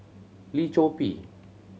Lim Chor Pee